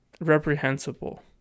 Reprehensible